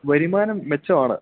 വരുമാനം മെച്ചമാണ്